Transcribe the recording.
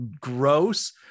gross